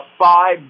five